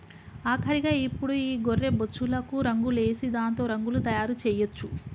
ఆఖరిగా ఇప్పుడు ఈ గొర్రె బొచ్చులకు రంగులేసి దాంతో రగ్గులు తయారు చేయొచ్చు